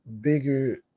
bigger